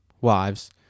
wives